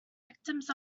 victims